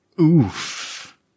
Oof